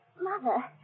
Mother